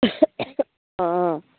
অঁ